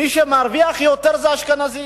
מי שמרוויח יותר זה האשכנזים.